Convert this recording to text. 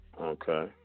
Okay